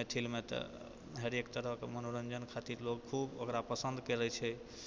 मैथिलमे तऽ हरेक तरहके मनोरञ्जन खातिर लोक खूब ओकरा पसन्द करै छै